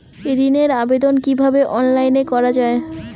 ঋনের আবেদন কিভাবে অনলাইনে করা যায়?